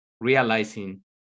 realizing